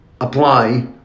apply